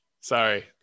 Sorry